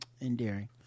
endearing